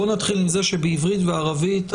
בואו נתחיל בזה שבעברית וערבית.